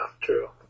true